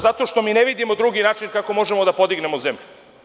Zato što mi ne vidimo drugi način kako možemo da podignemo zemlju.